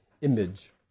image